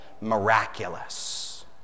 miraculous